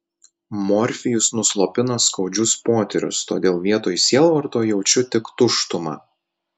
morfijus nuslopina skaudžius potyrius todėl vietoj sielvarto jaučiu tik tuštumą